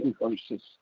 verses